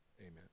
amen